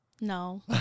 No